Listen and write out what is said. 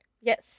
Yes